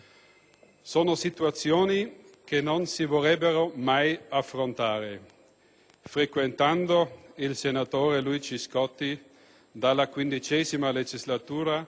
Sono situazioni che non si vorrebbero mai affrontare. Frequentando il senatore Luigi Scotti dalla XV legislatura,